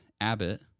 Abbott